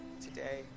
Today